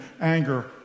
anger